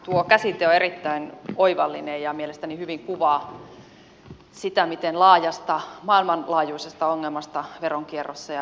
tuo käsite on erittäin oivallinen ja mielestäni hyvin kuvaa sitä miten laajasta maailmanlaajuisesta ongelmasta veronkierrossa ja veroparatiisitoiminnassa on kysymys